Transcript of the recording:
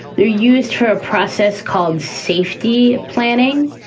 they're used for a process called safety planning.